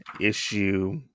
issue